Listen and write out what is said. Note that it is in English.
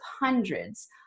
hundreds